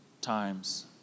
times